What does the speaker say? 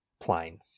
plane